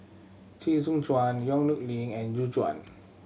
Chee Soon Juan Yong Nyuk Lin and Gu Juan